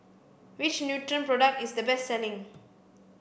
which Nutren product is the best selling